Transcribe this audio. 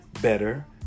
better